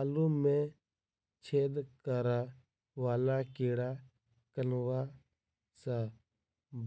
आलु मे छेद करा वला कीड़ा कन्वा सँ